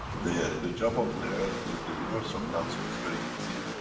their. the job of the earth. the the universal council is very easy.